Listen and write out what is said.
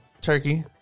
turkey